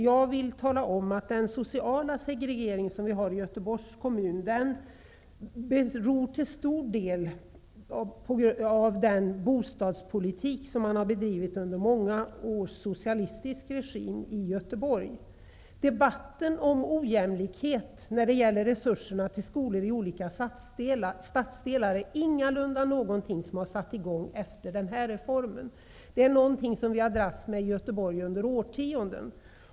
Jag vill tala om att den sociala segregeringen i Göteborgs kommun till stor del beror på den bostadspolitik som har bedrivits under många år av socialistisk regim i Göteborg. Debatten om ojämlikheten i fördelningen av resurser till skolor i olika stadsdelar är ingalunda någonting som har satt i gång efter det att reformen genomfördes. Det är något som vi har dragits med i Göteborg under årtionden.